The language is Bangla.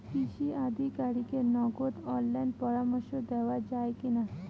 কৃষি আধিকারিকের নগদ অনলাইন পরামর্শ নেওয়া যায় কি না?